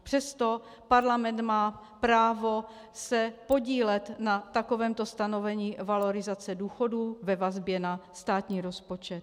Přesto Parlament má právo se podílet na takovémto stanovení valorizace důchodů ve vazbě na státní rozpočet.